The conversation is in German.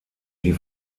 die